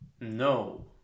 No